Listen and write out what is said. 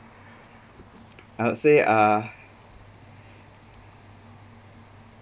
I’ll say uh